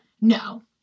No